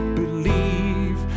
believe